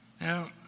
Now